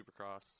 supercross